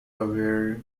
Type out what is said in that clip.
aware